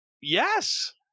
Yes